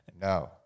No